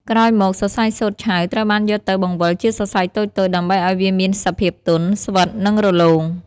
ក្រោយមក សរសៃសូត្រឆៅត្រូវបានយកទៅបង្វិលជាសរសៃតូចៗ ដើម្បីឱ្យវាមានសភាពទន់ ស្វិត និងរលោង។